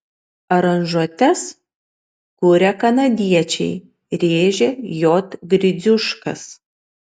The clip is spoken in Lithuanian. aranžuotes kuria kanadiečiai rėžė j gridziuškas